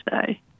today